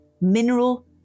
mineral